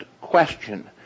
question